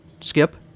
Skip